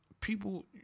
people